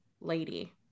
lady